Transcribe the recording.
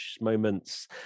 moments